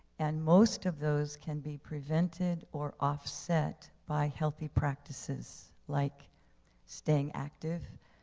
and most of those can be prevented or offset by healthy practices like staying active,